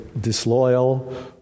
disloyal